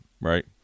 right